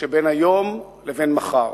שבין היום לבין מחר,